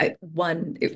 one